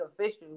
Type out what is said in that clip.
official